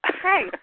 Hey